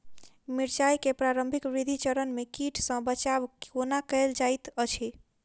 मिर्चाय केँ प्रारंभिक वृद्धि चरण मे कीट सँ बचाब कोना कैल जाइत अछि?